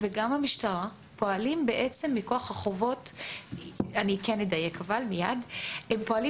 וגם המשטרה פועלים בעצם מכוח החובות אני כן אדייק מייד הם פועלים